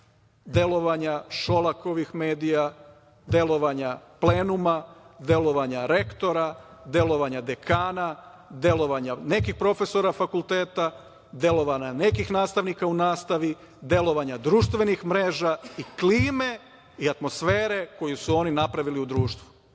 delovanja Šolakovih medija, delovanja plenuma, delovanja rektora, delovanja dekana, delovanja nekih profesora fakulteta, delovanja nekih nastavnika u nastavi, delovanja društvenih mreža i klime i atmosfere koju su oni napravili u društvu,